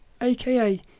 aka